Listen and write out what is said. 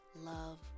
love